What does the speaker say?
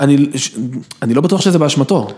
‫אני לא בטוח שזה באשמתו.